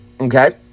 Okay